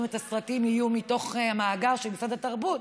את הסרטים יהיו מתוך המאגר של משרד התרבות,